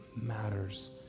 matters